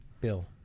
Bill